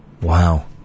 Wow